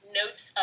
notes